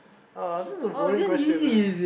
uh that's a boring question ah